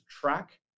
track